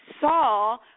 saw